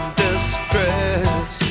distress